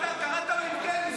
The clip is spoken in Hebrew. זה אתה הכנסת את הדבר הזה לכנסת?